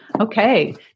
Okay